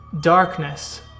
darkness